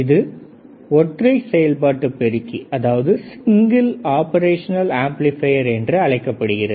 இது ஒற்றை செயல்பாட்டுப் பெருக்கி என்று அழைக்கப்படுகிறது